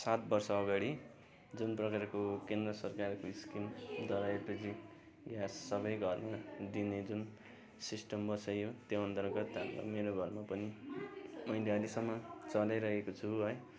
सात वर्ष अगाडि जुन प्रकारको केन्द्र सरकारको स्किमद्वारा एलपिजी ग्यास सबै घरमा दिने जुन सिस्टम बसाइयो त्यही अन्तर्गत मेरो घरमा पनि मैले अहिलेसम्म पनि चलाइरहेको छु है